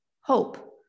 hope